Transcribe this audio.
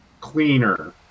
Cleaner